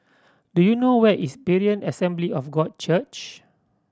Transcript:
do you know where is Berean Assembly of God Church